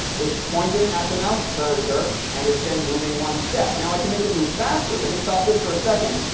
it's pointing at the mouse cursor and it's then moving one step. now, i can make it move faster. let me stop this for a second.